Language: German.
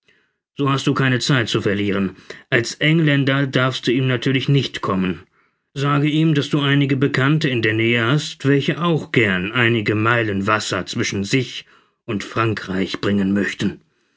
so hast du keine zeit zu verlieren als engländer darfst du ihm natürlich nicht kommen sage ihm daß du einige bekannte in der nähe hast welche auch gern einige meilen wasser zwischen sich und frankreich bringen möchten